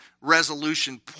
resolution